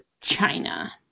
China